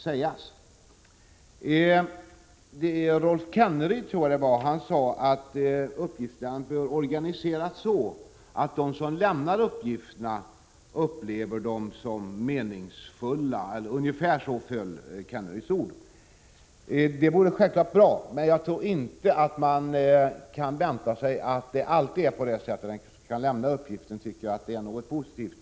Jag tror att det var Rolf Kenneryd som sade att uppgiftslämnandet bör organiseras så, att de som lämnar uppgifterna upplever dem som meningsfulla. Ungefär så uttryckte sig Rolf Kenneryd. Det är självfallet bra, men jag tror inte att man kan vänta sig att det alltid blir så, att den som lämnar uppgift anser att det rör sig om någonting positivt.